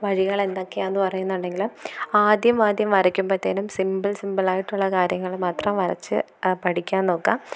വഴികൾ എന്തൊക്കെയാണെന്ന് പറയുന്നുണ്ടെങ്കിൽ ആദ്യമാദ്യം വരയ്ക്കുമ്പത്തേക്കും സിംപിൾ സിംപിളായിട്ടുള്ള കാര്യങ്ങൾ മാത്രം വരച്ച് പഠിക്കാൻ നോക്കുക